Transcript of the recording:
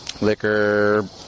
liquor